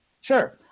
sure